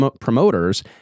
promoters